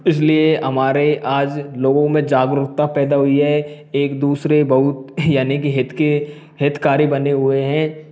इसलिए हमारे आज लोगों में जागरूकता पैदा हुई है एक दूसरे बहुत यानि के हित के हितकारी बने हुए हैं